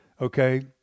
okay